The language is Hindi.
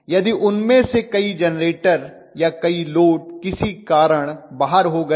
यदि उनमें से कई जेनरेटर या कई लोड किसी कारण बाहर हो गए हैं